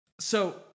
so-